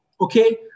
okay